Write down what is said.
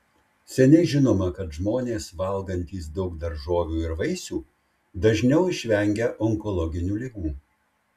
seniai žinoma kad žmonės valgantys daug daržovių ir vaisių dažniau išvengia onkologinių ligų